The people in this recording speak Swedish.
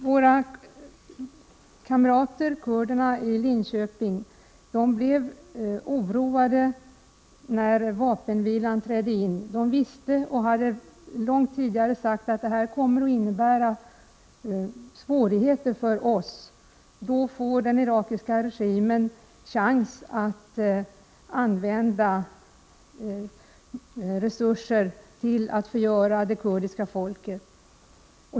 Våra kamrater kurderna i Linköping blev oroade när vapenvilan trädde i kraft. De hade långt tidigare sagt att den skulle komma att innebära svårigheter för dem, eftersom den irakiska regimen genom den får chans att använda resurser till att förgöra det kurdiska folket.